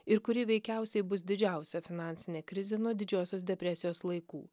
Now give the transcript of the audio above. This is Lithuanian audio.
ir kuri veikiausiai bus didžiausia finansinė krizė nuo didžiosios depresijos laikų